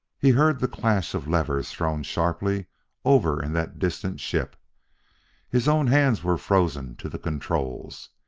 he heard the clash of levers thrown sharply over in that distant ship his own hands were frozen to the controls.